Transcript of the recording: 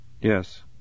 Yes